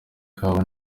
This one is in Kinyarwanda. kabo